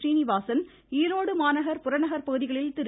சீனிவாஸன் ஈரோடு மாநகர் புறநகர் பகுதிகளில் திரு